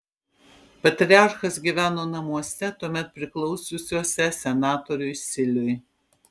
patriarchas gyveno namuose tuomet priklausiusiuose senatoriui siliui